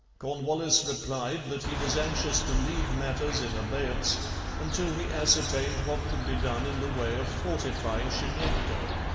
cornwallis replied that he was anxious to leave matters in abeyance until he ascertained what could be done in the way of fortifying chignecto.